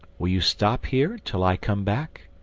will you stop here till i come back?